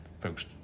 folks